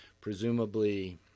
presumably